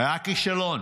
היה כישלון